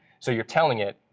so you're telling it.